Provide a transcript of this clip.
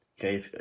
Okay